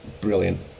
brilliant